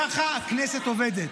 ככה הכנסת עובדת.